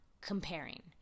comparing